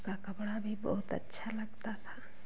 उसका कपड़ा भी बहुत अच्छा लगता था